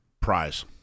prize